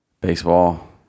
Baseball